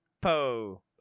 Po